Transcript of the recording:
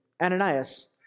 Ananias